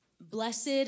Blessed